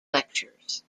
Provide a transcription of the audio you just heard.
lectures